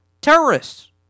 terrorists